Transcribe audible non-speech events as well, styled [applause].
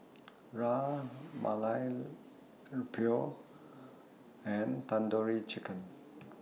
Ras Malai [unintelligible] and Tandoori Chicken